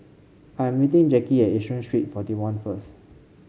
I'm meeting Jackie at Yishun Street Forty one first